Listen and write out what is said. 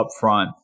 upfront